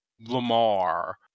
Lamar